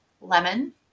Lemon